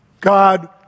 God